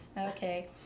Okay